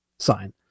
sign